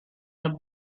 her